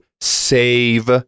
save